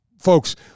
Folks